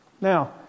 Now